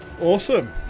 Awesome